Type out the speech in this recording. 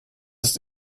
ist